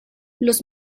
los